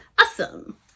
Awesome